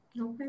okay